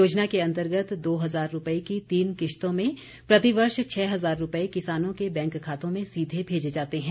योजना के अन्तर्गत दो हजार रूपये की तीन किश्तों में प्रतिवर्ष छह हजार रूपये किसानों के बैंक खातों में सीधे भेजे जाते हैं